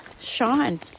Sean